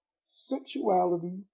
sexuality